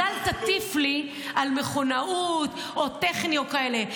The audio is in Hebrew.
אז אל תטיף לי על מכונאות או טכני או כאלה.